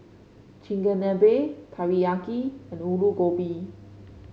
Chigenabe Teriyaki Alu Gobi